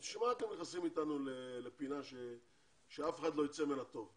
אז בשביל מה אתם נכנסים איתנו לפינה שאף אחד לא ייצא ממנה טוב?